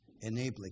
enabling